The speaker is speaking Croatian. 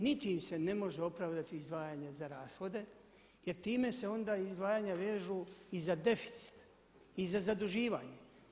Niti im se ne može opravdati za rashode jer time se onda izdvajanja vežu i za deficit i za zaduživanje.